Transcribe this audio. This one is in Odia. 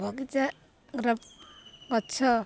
ବଗିଚାର ଗଛ